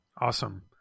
Awesome